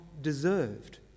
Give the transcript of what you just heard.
deserved